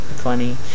funny